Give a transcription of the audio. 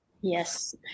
Yes